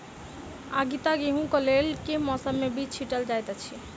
आगिता गेंहूँ कऽ लेल केँ मौसम मे बीज छिटल जाइत अछि?